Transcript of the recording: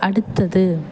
அடுத்தது